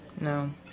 No